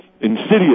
insidious